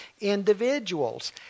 individuals